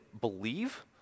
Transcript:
believe